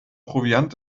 proviant